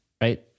right